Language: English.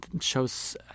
shows